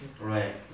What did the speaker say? Right